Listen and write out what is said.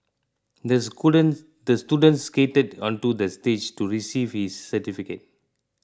the student the student skated onto the stage to receive his certificate